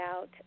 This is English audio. out